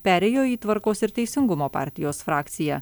perėjo į tvarkos ir teisingumo partijos frakciją